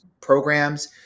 programs